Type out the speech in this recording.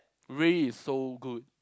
really it's so good